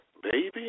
Baby